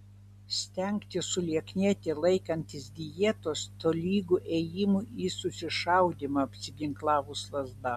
stengtis sulieknėti laikantis dietos tolygu ėjimui į susišaudymą apsiginklavus lazda